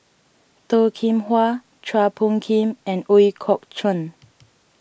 Toh Kim Hwa Chua Phung Kim and Ooi Kok Chuen